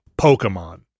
Pokemon